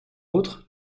autres